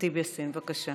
ח'טיב יאסין, בבקשה.